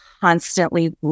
constantly